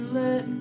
let